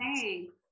Thanks